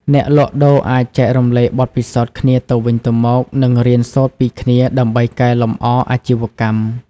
អ្នកលក់ដូរអាចចែករំលែកបទពិសោធន៍គ្នាទៅវិញទៅមក និងរៀនសូត្រពីគ្នា ដើម្បីកែលម្អអាជីវកម្ម ។